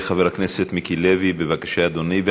יעלה חבר הכנסת מיקי לוי, בבקשה, אדוני.